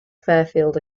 fairfield